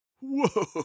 Whoa